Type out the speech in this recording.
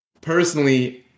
personally